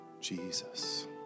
Jesus